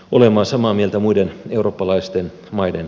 olemme samaa mieltä muiden eurooppalaisten maiden